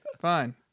Fine